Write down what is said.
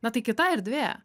ne tai kita erdvė